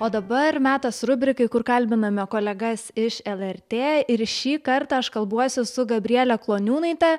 o dabar metas rubrikai kur kalbiname kolegas iš lrt ir šį kartą aš kalbuosi su gabrielė kloniūnaitė